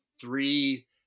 three